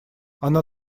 она